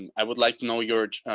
i would like to know your,